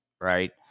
right